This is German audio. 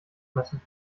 messen